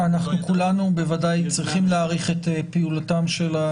כולנו בוודאי צריכים להעריך את פעילותם של הארגונים.